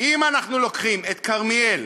אם אנחנו לוקחים את כרמיאל,